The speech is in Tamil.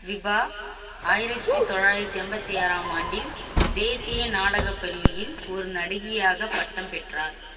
விபா ஆயிரத்தி தொள்ளாயிரத்தி எண்பத்தி ஏழாம் ஆண்டில் தேசிய நாடகப் பள்ளியில் ஒரு நடிகையாக பட்டம் பெற்றார்